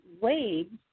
Waves